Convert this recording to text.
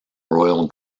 royal